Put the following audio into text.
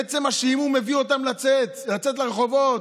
עצם השעמום מביא אותם לצאת לרחובות,